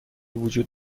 وجود